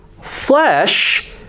flesh